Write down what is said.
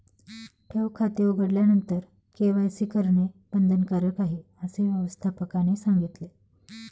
ठेव खाते उघडल्यानंतर के.वाय.सी करणे बंधनकारक आहे, असे व्यवस्थापकाने सांगितले